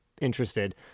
interested